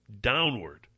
Downward